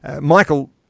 Michael